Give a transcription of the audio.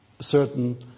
certain